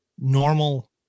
normal